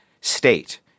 state